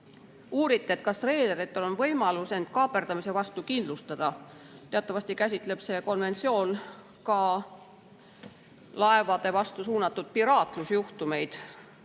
Uuriti, kas reederitel on võimalus end kaaperdamise vastu kindlustada. Teatavasti käsitleb see konventsioon ka laevade vastu suunatud piraatlusjuhtumeid.